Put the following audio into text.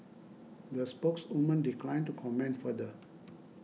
the spokeswoman declined to comment further